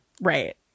Right